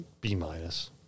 B-minus